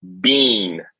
Bean